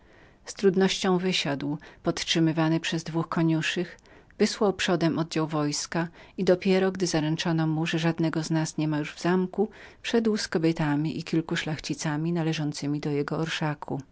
z trudnością wysiadł podtrzymywany przez dwóch koniuszych wysłał naprzód oddział wojska i gdy zaręczono mu że żadnego z nas nie było już w zamku dopiero wszedł z kobietami i kilku panami należącymi do jego orszaku